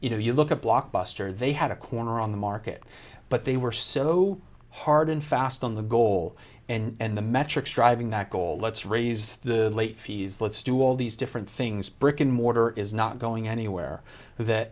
you know you look at blockbuster they had a corner on the market but they were so hard and fast on the goal and the metrics driving that goal let's raise the late fees let's do all these different things brick and mortar is not going anywhere